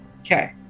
Okay